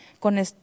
Con